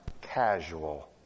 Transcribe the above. casual